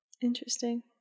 Interesting